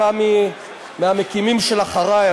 אתה מהמקימים של "אחריי!",